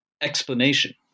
explanation